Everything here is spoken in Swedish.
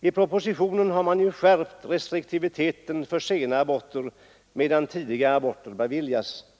I propositionen har man ju skärpt restriktiviteten för sena aborter medan tidiga aborter beviljas.